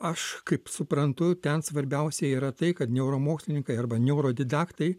aš kaip suprantu ten svarbiausia yra tai kad neuromokslininkai arba neurodidaktai